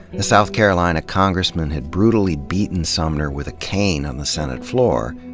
a south carolina congressman had brutally beaten sumner with a cane on the senate floor,